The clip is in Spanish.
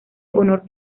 honor